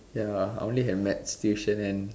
ya I only had maths tuition and